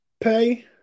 pay